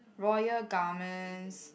Royal Garments